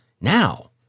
Now